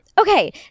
Okay